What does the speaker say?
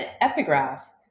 epigraph